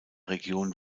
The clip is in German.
region